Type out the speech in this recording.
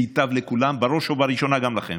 זה ייטב לכולם, ובראש ובראשונה גם לכם.